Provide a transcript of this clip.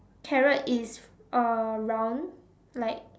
carrot is uh round like